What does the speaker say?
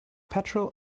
petrol